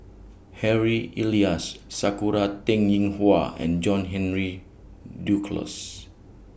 Harry Elias Sakura Teng Ying Hua and John Henry Duclos